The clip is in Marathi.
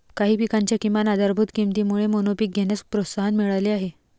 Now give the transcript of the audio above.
काही पिकांच्या किमान आधारभूत किमतीमुळे मोनोपीक घेण्यास प्रोत्साहन मिळाले आहे